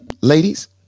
ladies